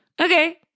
Okay